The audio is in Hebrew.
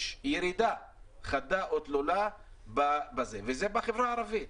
בהם ירידה חדה ותלולה וזה בחברה הערבית.